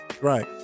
right